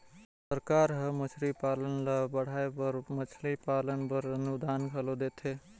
सरकार हर मछरी पालन ल बढ़ाए बर मछरी पालन बर अनुदान घलो देथे